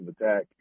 attack